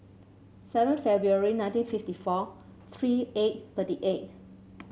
seven February nineteen fifty four three eight thirty eight